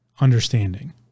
understanding